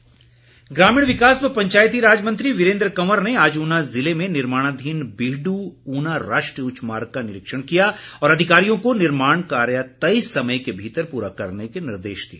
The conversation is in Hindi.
वीरेन्द्र कंवर ग्रामीण विकास व पंचायतीराज मंत्री वीरेन्द्र कंवर ने आज ऊना ज़िले में निर्माणाधीन बीहड्र ऊना राष्ट्रीय उच्च मार्ग का निरीक्षण किया और अधिकारियों को निर्माण कार्य तय समय के भीतर पूरा करने के निर्देश दिए